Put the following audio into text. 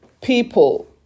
people